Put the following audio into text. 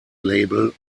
label